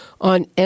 on